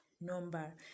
number